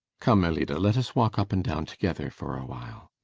come, ellida, let us walk up and down together for awhile.